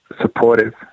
supportive